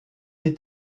est